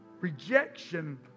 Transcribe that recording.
rejection